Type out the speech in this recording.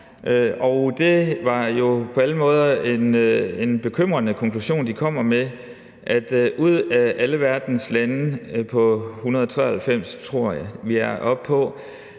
Det var jo på alle måder en bekymrende konklusion, de kom med, nemlig at ud af alle verdens lande – og jeg tror, vi er oppe på